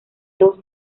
dos